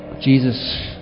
Jesus